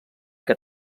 que